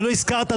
ולא הזכרת,